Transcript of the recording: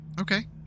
Okay